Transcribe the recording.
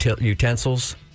utensils